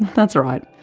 that's right,